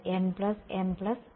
nmm